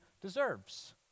deserves